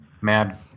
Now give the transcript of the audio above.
mad